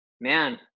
man